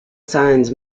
signs